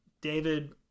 david